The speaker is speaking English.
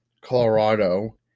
Colorado